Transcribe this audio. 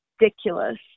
ridiculous